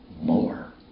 more